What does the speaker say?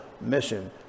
mission